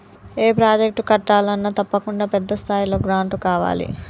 ఏ project కట్టాలన్నా తప్పకుండా పెద్ద స్థాయిలో గ్రాంటు కావాలి